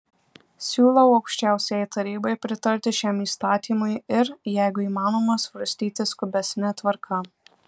siūlau aukščiausiajai tarybai pritarti šiam įstatymui ir jeigu įmanoma svarstyti skubesne tvarka